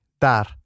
dar